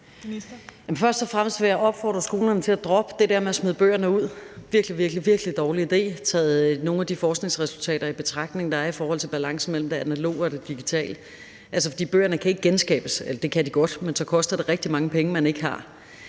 og fremmest vil jeg opfordre skolerne til at droppe det der med at smide bøgerne ud. For det er en virkelig, virkelig dårlig idé, når man tager nogle af de forskningsresultater, der er i forhold til balancen mellem det analoge og det digitale, i betragtning. For bøgerne kan ikke genskabes, eller det kan de godt, men så koster det rigtig mange penge, man ikke har.